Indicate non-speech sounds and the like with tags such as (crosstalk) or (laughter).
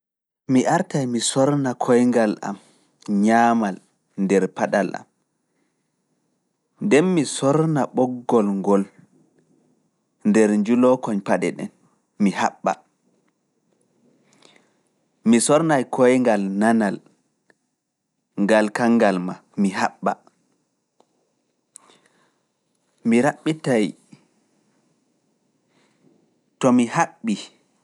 Mi artaay mi sorna koyngal am ñaamal nder paɗal am, ndeen mi sorna ɓoggol ngol nder njulooko paɗe ɗen, mi haɓɓa. Mi sornaay koyngal nanal ngal kanngal (noise) ma, mi haɓɓa.